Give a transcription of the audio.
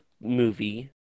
movie